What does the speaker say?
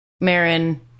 Marin